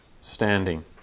standing